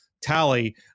tally